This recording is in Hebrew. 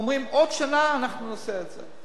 ואומרים: עוד שנה אנחנו נעשה את זה.